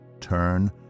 turn